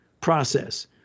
process